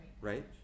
Right